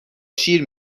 شیر